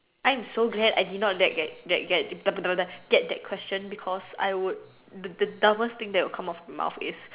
I am so glad I did not that get that get get that question because I would the dumbest thing that will come out from my mouth is